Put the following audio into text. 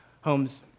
homes